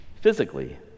Physically